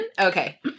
Okay